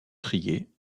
trier